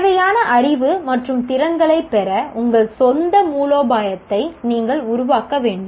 தேவையான அறிவு மற்றும் திறன்களைப் பெற உங்கள் சொந்த மூலோபாயத்தை நீங்கள் உருவாக்க வேண்டும்